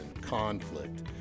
conflict